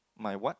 my what